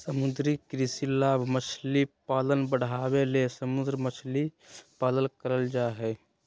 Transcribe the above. समुद्री कृषि लाभ मछली पालन बढ़ाबे ले समुद्र मछली पालन करल जय हइ